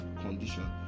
condition